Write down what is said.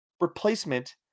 replacement